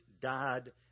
died